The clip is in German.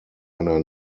einer